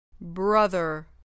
brother